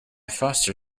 foster